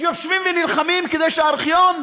שיושבים ונלחמים כדי שהארכיון,